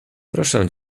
proszę